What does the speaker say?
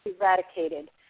eradicated